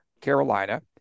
Carolina